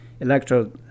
electrode